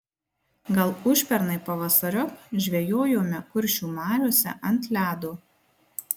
gal užpernai pavasariop žvejojome kuršių mariose ant ledo